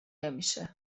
نمیشه